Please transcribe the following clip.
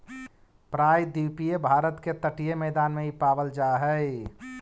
प्रायद्वीपीय भारत के तटीय मैदान में इ पावल जा हई